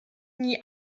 nie